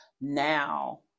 now